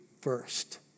first